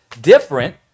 different